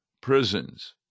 prisons